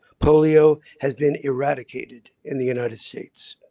polio has been eradicated in the united states.